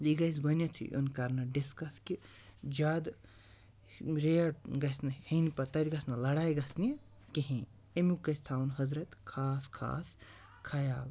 یہِ گژھِ گۄڈنٮ۪تھٕے یُن کَرنہٕ ڈِسکَس کہِ زیادٕ ریٹ گژھِ نہٕ ہٮ۪نۍ پَتہٕ تَتہِ گژھِ نہٕ لڑاے گژھنہِ کِہیٖنۍ امیُک گژھِ تھاوُن حضرت خاص خاص خیال